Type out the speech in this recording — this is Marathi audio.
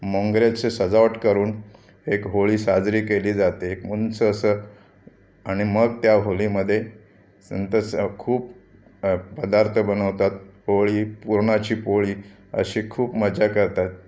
मोगऱ्याचे सजावट करून एक होळी साजरी केली जाते एक उंच असं आणि मग त्या होळीमध्ये संतसा खूप पदार्थ बनवतात होळी पुरणाची पोळी अशी खूप मजा करतात